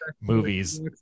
movies